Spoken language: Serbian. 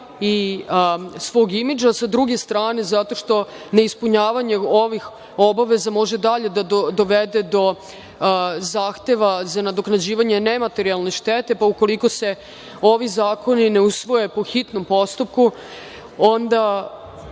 i svog imidža, a s druge strane, zato što neispunjavanje ovih obaveza može dalje da dovede do zahteva za nadoknađivanje nematerijalne štete, pa ukoliko se ovi zakoni ne usvoje po hitnom postupku, onda